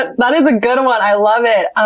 but that is a good one, i love it. and